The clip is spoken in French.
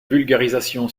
vulgarisation